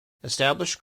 established